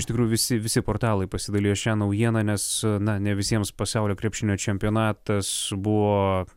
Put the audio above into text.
iš tikrųjų visi visi portalai pasidalijo šia naujiena nes na ne visiems pasaulio krepšinio čempionatas buvo